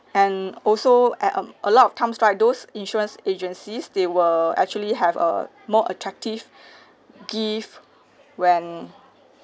and also at um a lot of times right those insurance agencies they will actually have uh more attractive gifts when